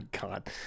God